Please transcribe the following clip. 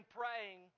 praying